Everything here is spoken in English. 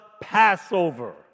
Passover